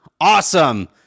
awesome